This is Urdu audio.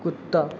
کتا